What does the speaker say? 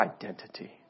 identity